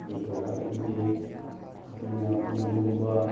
ꯑꯗꯨꯒ ꯑꯩꯈꯣꯏꯒꯤ ꯑꯩꯈꯣꯏꯅ ꯎꯟꯒꯨꯝꯕ